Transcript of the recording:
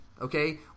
okay